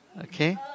Okay